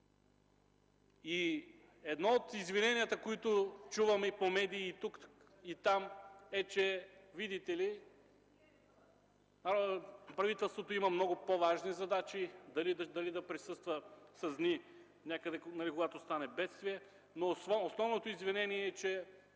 Едно от извиненията, които чуваме по медии и тук, и там, е, че, видите ли, правителството има много по-важни задачи – дали да присъства някъде с дни, когато стане бедствие, но основното извинение е, че